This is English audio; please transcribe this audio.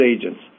agents